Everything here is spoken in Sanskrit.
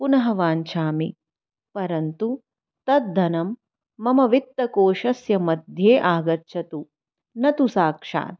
पुनः वाञ्छामि परन्तु तद्धनं मम वित्तकोशस्य मध्ये आगच्छतु न तु साक्षात्